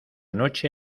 noche